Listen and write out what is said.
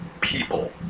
people